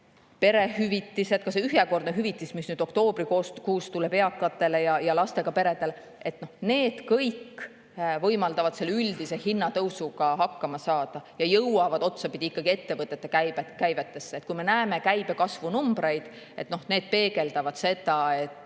perehüvitised, ka see ühekordne hüvitis, mis oktoobrikuus tuleb eakatele ja lastega peredele. Need kõik võimaldavad selle üldise hinnatõusuga hakkama saada ja jõuavad otsapidi ikkagi ettevõtete käivetesse. Käibekasvu numbrid peegeldavad seda, et